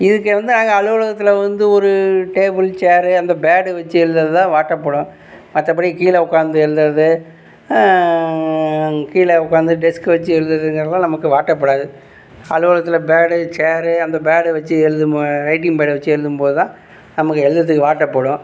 இதுக்கு வந்து அங்கே அலுவலகத்தில் வந்து ஒரு டேபுள் சேர் அந்த பேடு வச்சு எழுதுறதுதான் வாட்டப்படும் மற்றப்படி கீழே உட்காந்து எழுதுறது கீழே உட்காந்து டெஸ்க் வச்சு எழுதுறதுங்கிறதெல்லாம் நமக்கு வாட்டப்படாது அலுவலகத்துல பேடு சேர் அந்த பேடு வச்சு எழுதும்போது ரைட்டிங் பேடை வச்சு எழுதும் போது தான் நமக்கு எழுதுறதுக்கு வாட்டப்படும்